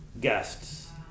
guests